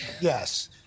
Yes